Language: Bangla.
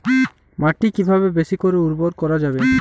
মাটি কিভাবে বেশী করে উর্বর করা যাবে?